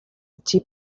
empty